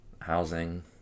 housing